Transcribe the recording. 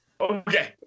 Okay